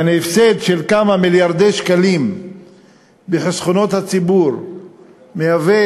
יעני הפסד של כמה מיליארדי שקלים בחסכונות הציבור מהווה